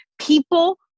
people